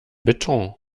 beton